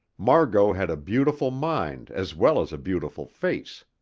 margot had a beautiful mind as well as a beautiful face.